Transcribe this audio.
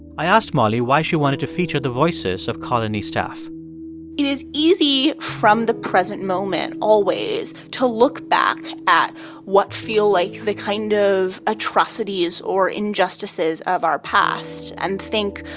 i asked molly why she wanted to feature the voices of colony staff it is easy from the present moment always to look back at what feel like the kind of atrocities atrocities or injustices of our past and think,